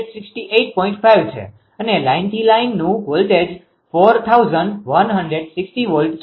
5 છે અને લાઇનથી લાઇનનું વોલ્ટેજ 4160V છે